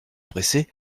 pressaient